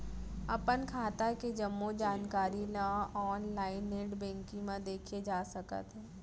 अपन खाता के जम्मो जानकारी ल ऑनलाइन नेट बैंकिंग म देखे जा सकत हे